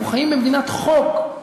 אנחנו חיים במדינת חוק,